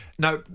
Now